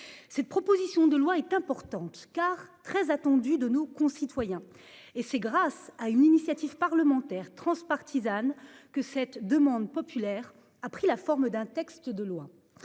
Cette proposition de loi est importante car très attendu de nos concitoyens et c'est grâce à une initiative parlementaire transpartisane que cette demande populaire a pris la forme d'un texte de loi.